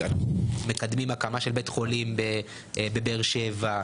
מקדמים הקמה של בית חולים בבאר שבע.